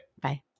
bye